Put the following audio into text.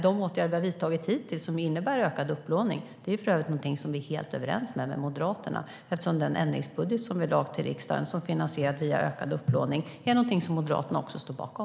De åtgärder vi har vidtagit hittills innebär ökad upplåning. Det är för övrigt någonting som vi är helt överens med Moderaterna om, eftersom den ändringsbudget som vi lade fram till riksdagen, och som är finansierad via ökad upplåning, står också Moderaterna bakom.